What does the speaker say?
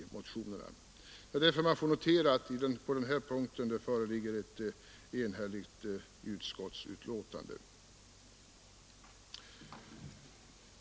Det är därför man kan notera att det på denna punkt föreligger ett enhälligt utskottsbetänkande.